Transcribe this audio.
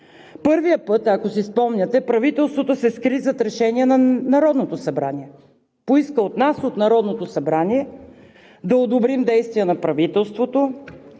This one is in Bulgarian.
Първия път, ако си спомняте, правителството се скри зад решението на Народното събрание. Поискаха от нас – Народното събрание, да одобрим действията на правителството